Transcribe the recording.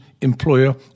employer